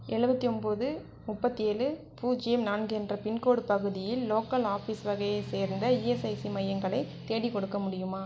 எழுவத்தி ஒம்பது முப்பத்தேழு பூஜ்ஜியம் நான்கு என்ற பின்கோடு பகுதியில் லோக்கல் ஆஃபீஸ் வகையைச் சேர்ந்த இஎஸ்ஐசி மையங்களை தேடிக்கொடுக்க முடியுமா